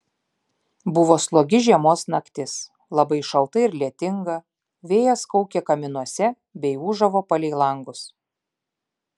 buvo slogi žiemos naktis labai šalta ir lietinga vėjas kaukė kaminuose bei ūžavo palei langus